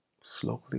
slowly